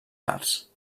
arts